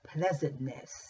pleasantness